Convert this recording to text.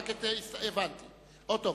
טוב.